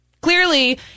clearly